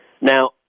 Now